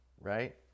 right